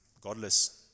godless